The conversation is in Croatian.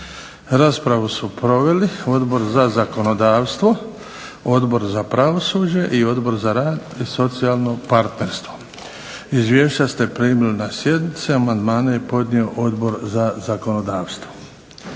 Raspravu su proveli Odbor za zakonodavstvo, Odbor za pravosuđe i Odbor za rad i socijalno partnerstvo. Izvješća ste primili na sjednici. Amandmane je podnio Odbor za zakonodavstvo.